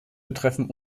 betreffen